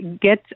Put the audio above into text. get